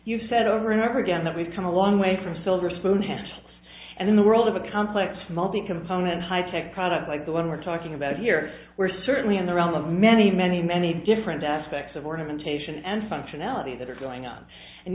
you've said over and over again that we've come a long way from silver spoon tests and in the world of a complex multi component high tech product like the one we're talking about here we're certainly in the realm of many many many different aspects of ornamentation and functionality that are going on and